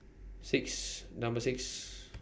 six Number six